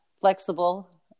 flexible